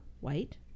white